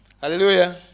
Hallelujah